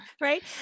right